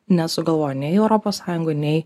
nesugalvojo nei europos sąjungoj nei